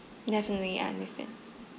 definitely understand